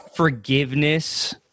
Forgiveness